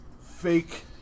fake